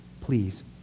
Please